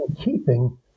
keeping